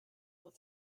what